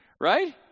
Right